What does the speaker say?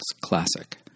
classic